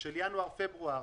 של ינואר-פברואר